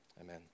Amen